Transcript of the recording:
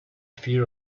fear